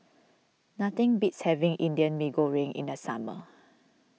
nothing beats having Indian Mee Goreng in the summer